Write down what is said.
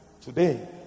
Today